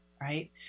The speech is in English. Right